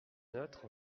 neutres